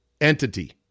entity